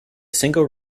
single